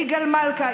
יגאל מלכה,